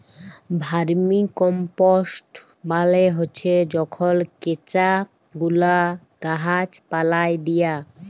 vermicompost মালে হছে যখল কেঁচা গুলা গাহাচ পালায় দিয়া